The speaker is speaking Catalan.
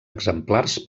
exemplars